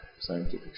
scientific